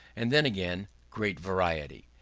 and then again great variety.